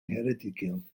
ngheredigion